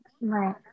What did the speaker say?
right